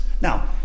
Now